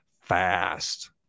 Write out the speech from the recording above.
fast